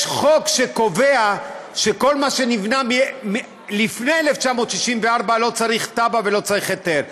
יש חוק שקובע שכל מה שנבנה לפני 1964 לא צריך תב"ע ולא צריך היתר.